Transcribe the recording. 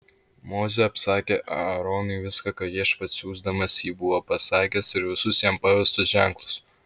mozė apsakė aaronui visa ką viešpats siųsdamas jį buvo pasakęs ir visus jam pavestus ženklus